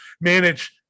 manage